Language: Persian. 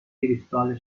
کریستال